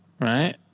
right